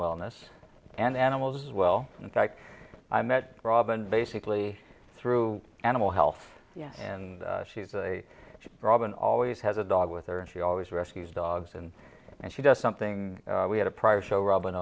wellness and animals as well in fact i met robin basically through animal health and she's a robin always has a dog with her and she always rescues dogs and she does something we had a prior show robin